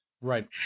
Right